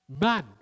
man